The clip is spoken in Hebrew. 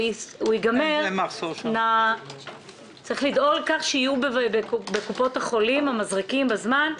יש לדאוג לכך שיהיו בקופות החולים המזרקים בזמן,